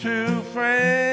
true friend